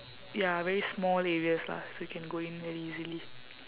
ya very small areas lah so you can go in very easily